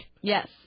Yes